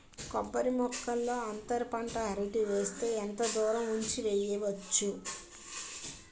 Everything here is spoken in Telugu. కొబ్బరి మొక్కల్లో అంతర పంట అరటి వేస్తే ఎంత దూరం ఉంచి వెయ్యొచ్చు?